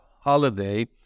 holiday